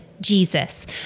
Jesus